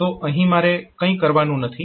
તો અહીં મારે કંઈ કરવાનું નથી